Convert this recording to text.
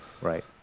Right